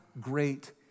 great